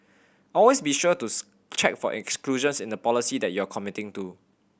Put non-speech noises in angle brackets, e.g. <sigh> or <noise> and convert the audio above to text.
always be sure to <unintelligible> check for exclusions in the policy that you are committing to